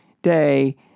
Day